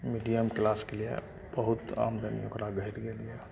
medium क्लासके लिए बहुत आमदनी ओकरा घैटि गेलया